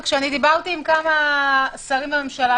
אבל כשאני דיברתי עם כמה שרים בממשלה,